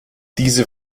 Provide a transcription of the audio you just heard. diese